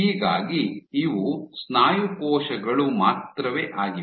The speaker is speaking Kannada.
ಹೀಗಾಗಿ ಇವು ಸ್ನಾಯು ಕೋಶಗಳು ಮಾತ್ರವೇ ಆಗಿವೆ